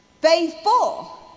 Faithful